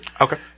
Okay